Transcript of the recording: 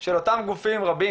של אותם גופים רבים,